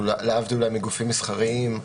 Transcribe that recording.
להבדיל מגופים מסחריים,